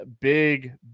big